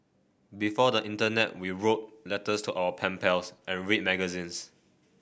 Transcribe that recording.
before the internet we wrote letters to our pen pals and read magazines